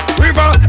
river